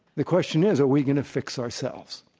the question is are we going to fix ourselves.